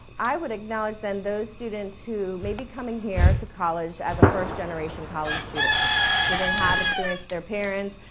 i would acknowledge then those students who may be coming here to college as a first generation college student. they didn't have experience their parents,